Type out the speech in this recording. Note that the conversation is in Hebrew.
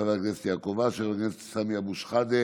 חבר הכנסת יעקב אשר, חבר הכנסת סמי אבו שחאדה,